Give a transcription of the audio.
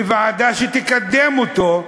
בוועדה שתקדם אותו,